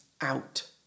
out